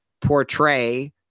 portray